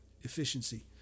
Efficiency